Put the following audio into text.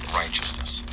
righteousness